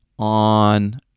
On